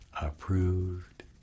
approved